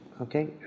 okay